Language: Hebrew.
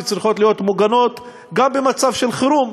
שצריכות להיות מוגנות גם במצב של חירום.